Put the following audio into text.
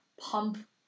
pump